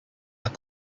are